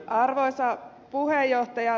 arvoisa puhemies